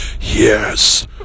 Yes